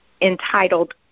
entitled